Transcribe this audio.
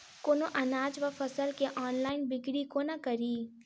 कोनों अनाज वा फसल केँ ऑनलाइन बिक्री कोना कड़ी?